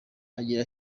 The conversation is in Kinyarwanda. agira